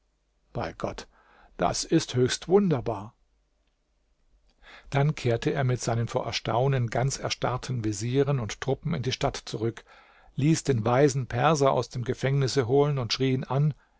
bei gott das ist höchst wunderbar dann kehrte er mit seinen vor erstaunen ganz erstarrten vezieren und truppen in die stadt zurück ließ den weisen perser aus dem gefängnisse holen und schrie ihn an